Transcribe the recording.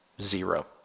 zero